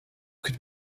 could